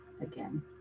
again